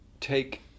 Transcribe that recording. take